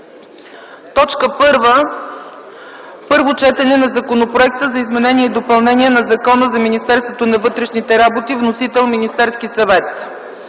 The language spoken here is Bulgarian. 2010 г. 1. Първо четене на Законопроекта за изменение и допълнение на Закона за Министерството на вътрешните работи. Вносител е Министерският съвет.